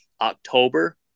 October